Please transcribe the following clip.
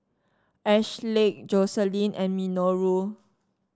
Ashleigh Joseline and Minoru